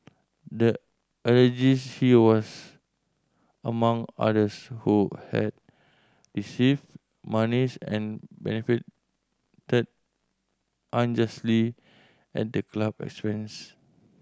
the alleges he was among others who had received monies and benefited unjustly at the club expense